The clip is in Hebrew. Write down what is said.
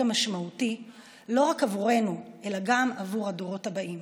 משמעותי לא רק עבורנו אלא גם עבור הדורות הבאים.